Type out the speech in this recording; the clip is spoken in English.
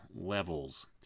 levels